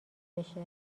بشه